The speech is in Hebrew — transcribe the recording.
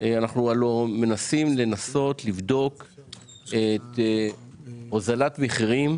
אנחנו מנסים לבדוק הוזלת המחירים,